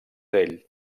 ell